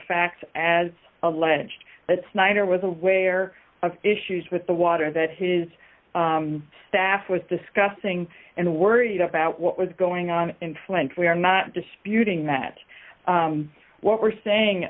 fact as alleged that snyder was aware of the issues with the water that his staff was discussing and worried about what was going on in flint we are not disputing that what we're saying